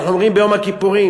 אנחנו אומרים ביום הכיפורים.